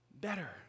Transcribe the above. better